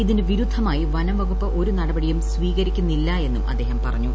ഇതിനു വിരുദ്ധമായി വനം വകുപ്പ് ഒരു നടപടിയും സ്വീകരിക്കുന്നില്ലെന്നും അദ്ദേഹം പറഞ്ഞു